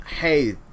hey